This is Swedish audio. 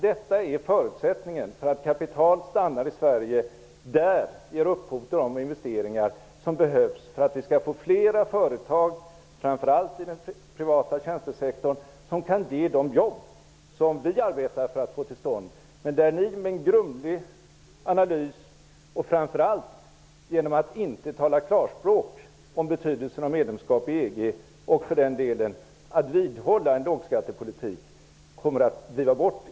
De är förutsättningen för att kapital stannar i Sverige och ger upphov till de investeringar som behövs för att vi skall få flera företag, framför allt i den privata tjänstesektorn, som kan ge de jobb som vi arbetar för att få till stånd. Ni kommer att driva bort investeringarna ur vårt land med er grumliga analys och framför allt genom att inte tala klarspråk om betydelsen av medlemskap i EG och också genom att vidhålla en lågskattepolitik.